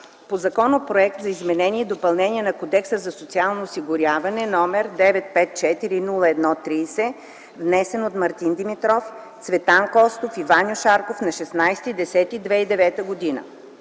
по Законопроект за изменение и допълнение на Кодекса за социално осигуряване № 954-01-30, внесен от Мартин Димитров, Цветан Костов и Ваньо Шарков на 16 октомври